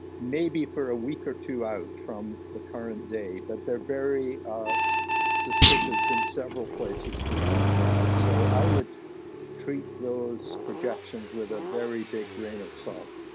maybe for a week or two out from the current day, but they're very suspicious in several places beyond that. so i would treat those projections with a very big grain of salt.